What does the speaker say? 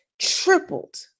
tripled